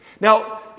Now